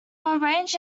arranged